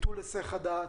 ביטול היסח הדעת,